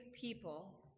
people